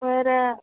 வேறு